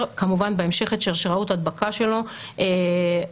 כמובן בהמשך את שרשראות ההדבקה שלו בהתאם,